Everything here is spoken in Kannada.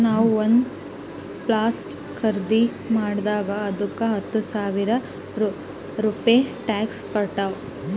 ನಾವು ಒಂದ್ ಪ್ಲಾಟ್ ಖರ್ದಿ ಮಾಡಿದಾಗ್ ಅದ್ದುಕ ಹತ್ತ ಸಾವಿರ ರೂಪೆ ಟ್ಯಾಕ್ಸ್ ಕಟ್ಟಿವ್